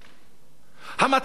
המטרה העיקרית,